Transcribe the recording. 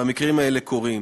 והמקרים האלה קורים.